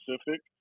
specific